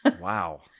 Wow